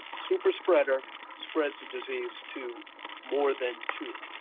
super spreader spreads the disease to more than two.